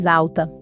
alta